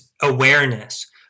awareness